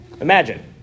Imagine